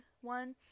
one